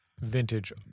Vintage